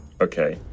Okay